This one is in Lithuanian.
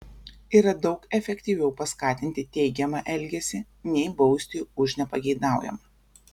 yra daug efektyviau paskatinti teigiamą elgesį nei bausti už nepageidaujamą